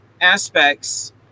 aspects